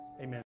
Amen